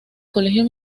colegio